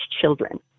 children